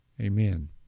Amen